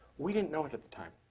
we didn't know it at the time.